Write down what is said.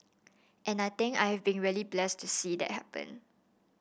and I think I've been really blessed to see that happen